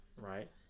Right